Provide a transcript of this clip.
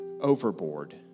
overboard